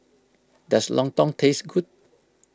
does Lontong taste good